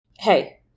Hey